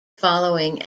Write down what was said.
following